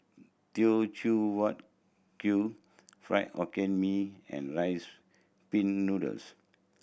Teochew Huat Kuih Fried Hokkien Mee and Rice Pin Noodles